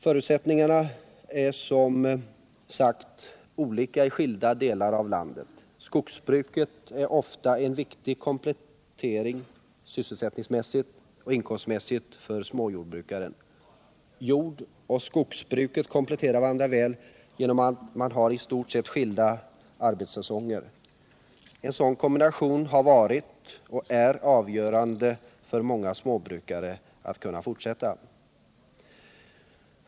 Förutsättningarna är som sagt olika i skilda delar av landet. Skogsbruket är ofta en viktig komplettering sysselsättningsmässigt och inkomstmässigt för småjordbrukaren. Jordoch skogsbruket kompletterar varandra väl genom att de har i stort sett skilda arbetssäsonger. En sådan kombination har varit och är av avgörande betydelse för att många småbrukare skall kunna fortsätta.